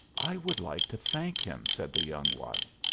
i would like to thank him, said the young wife.